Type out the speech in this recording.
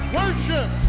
worship